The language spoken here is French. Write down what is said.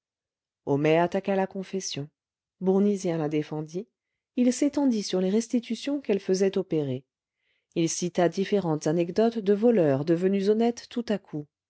homais attaqua la confession bournisien la défendit il s'étendit sur les restitutions qu'elle faisait opérer il cita différentes anecdotes de voleurs devenus honnêtes tout à coup